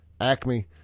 Acme